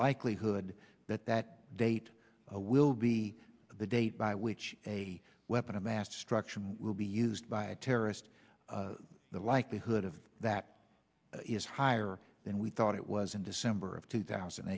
likelihood that that date will be the date by which a weapon of mass destruction will be used by a terrorist the likelihood of that is higher than we thought it was in december of two thousand and